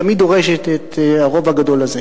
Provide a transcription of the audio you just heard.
גם היא דורשת את הרוב הגדול הזה.